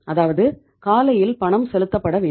அதாவது காலையில் பணம் செலுத்தப்பட வேண்டும்